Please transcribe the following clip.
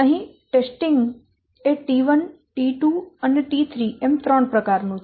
અહીં પરીક્ષણ T 1 T 2 અને T 3 એમ ત્રણ પ્રકાર નું છે